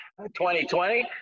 2020